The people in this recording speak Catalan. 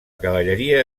cavalleria